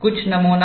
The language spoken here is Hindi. कुछ नमूना